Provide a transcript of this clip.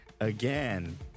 again